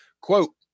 Quote